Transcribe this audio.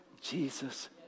Jesus